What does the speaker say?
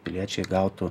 piliečiai gautų